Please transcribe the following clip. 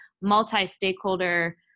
multi-stakeholder